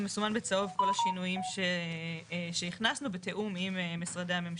זה מסומן בצהוב כל השינויים שהכנסנו בתיאום עם משרדי הממשלה.